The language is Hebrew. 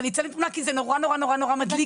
אז אני אצלם תמונה כי זה נורא נורא נורא מדליק.